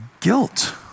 guilt